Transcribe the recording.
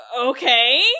okay